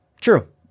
True